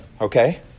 Okay